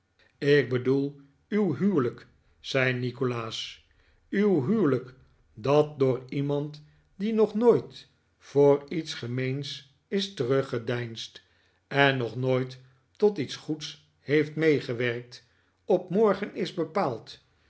ik bedoel uw huwelijk zei nikolaas uw huwelijk dat door iemand die nog nooit voor iets gemeens is teruggedeinsd en nog nooit tot iets goeds heeft meegewerkt op morgen is bepaald